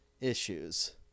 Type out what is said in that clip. issues